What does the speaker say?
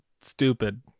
stupid